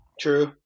True